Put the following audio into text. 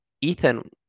Ethan